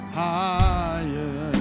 higher